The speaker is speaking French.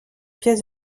pièces